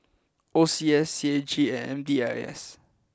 O C S C A G and M D I S